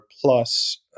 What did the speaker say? plus